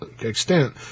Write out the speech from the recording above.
extent